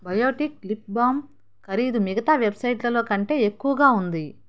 Biotique lip balm ఖరీదు మిగతా వెబ్సైట్లలో కంటే ఎక్కువగా ఉంది